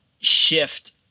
shift